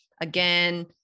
again